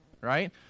right